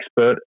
expert